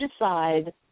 decide